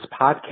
podcast